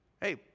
Hey